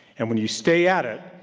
and when you stay at it,